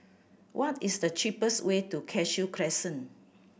what is the cheapest way to Cashew Crescent